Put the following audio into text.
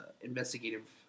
investigative